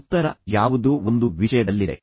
ಉತ್ತರ ಯಾವುದೋ ಒಂದು ವಿಷಯದಲ್ಲಿದೆ